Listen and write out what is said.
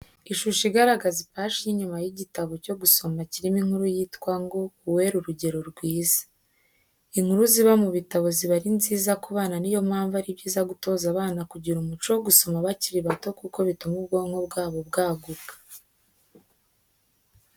Ishusho igaragaza ipaji y'inyuma y'igitabo cyo gusama kirimo inkuru yitwa ngo: "Uwera urugero rwiza." Inkuru ziba mu bitabo ziba ari nziza ku bana ni yo mpamvu ari byiza gutoza abana kugira umuco wo gusoma bakiri bato kuko bituma ubwonko bwabo bwaguka.